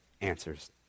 answers